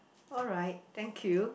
alright thank you